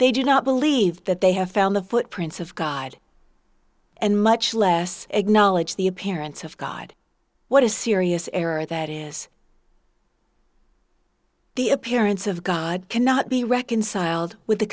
they do not believe that they have found the footprints of god and much less acknowledge the appearance of god what a serious error that is the appearance of god cannot be reconciled with the